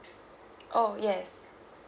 oh yes